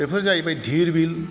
बेफोर जाहैबाय धीरबिल